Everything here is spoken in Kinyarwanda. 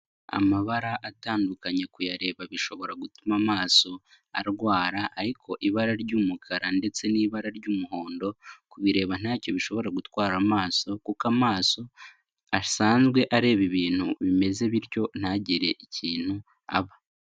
Amabara atandukanye kuyareba bishobora gutuma amaso arwara, ariko ibara ry'umukara ndetse n'ibara ry'umuhondo, kubireba ntacyo bishobora gutwara amaso, kuko amaso asanzwe areba ibintu bimeze bityo ntagire ikintu aba.